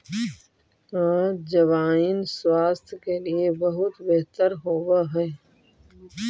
अजवाइन स्वास्थ्य के लिए बहुत बेहतर होवअ हई